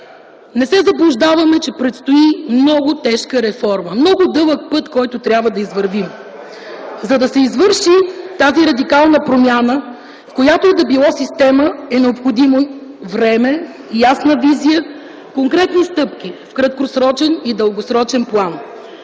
Не се заблуждаваме, че предстои много тежка реформа, много дълъг път, който трябва да извървим. За да се извърши тази радикална промяна, в която и да било система, е необходимо време, ясна визия, конкретни стъпки в краткосрочен и дългосрочен план.